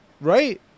right